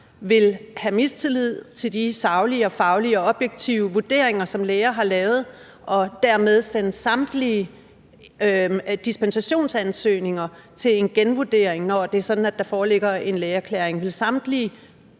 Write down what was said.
vil have mistillid til de saglige og faglige og objektive vurderinger, som læger har lavet, og dermed sende samtlige dispensationsansøgninger til en genvurdering, når det er sådan, at der foreligger en lægeerklæring. Vil samtlige